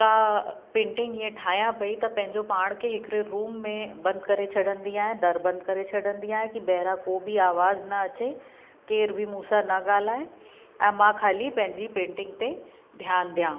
को पेंटिंग ईअं ठाहियां पई त पंहिंजो पाण खे हिकिड़े रूम में बंदि करे छॾंदी आहियां दरु बंदि करे छॾंदी आहियां की ॿाहिरां को बि आवाज़ न अचे केर बि मूंसां न ॻाल्हाए ऐं मां ख़ाली पंहिंजी पेंटिंग ते ध्यान ॾियां